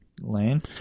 lane